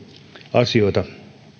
asioita